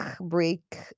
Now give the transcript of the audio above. break